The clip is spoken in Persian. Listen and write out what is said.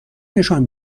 نشان